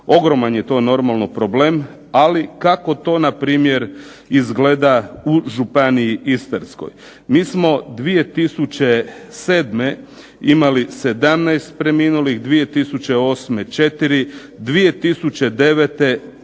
Ogroman je to normalno problem, ali kako to npr. izgleda u Županiji istarskoj. Mi smo 2007. imali 17 preminulih, 2008. četiri, 2009. 13